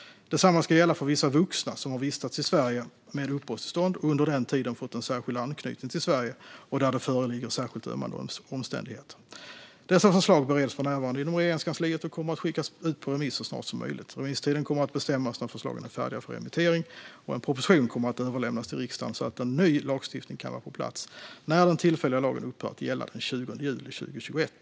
Detsamma ska gälla för vissa vuxna som har vistats i Sverige med uppehållstillstånd och under den tiden fått en särskild anknytning till Sverige och där det föreligger särskilt ömmande omständigheter. Dessa förslag bereds för närvarande inom Regeringskansliet och kommer att skickas ut på remiss så snart som möjligt. Remisstiden kommer att bestämmas när förslagen är färdiga för remittering. En proposition kommer att överlämnas till riksdagen så att en ny lagstiftning kan vara på plats när den tillfälliga lagen upphör att gälla den 20 juli 2021.